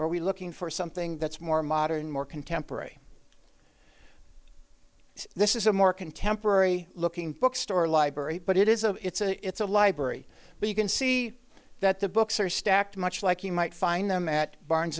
we're looking for something that's more modern more contemporary this is a more contemporary looking bookstore or library but it is a it's a it's a library but you can see that the books are stacked much like you might find them at barnes